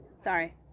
Sorry